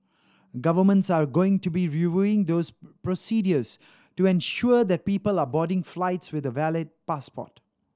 governments are going to be reviewing those procedures to ensure that people are boarding flights with a valid passport